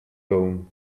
gown